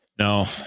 No